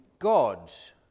gods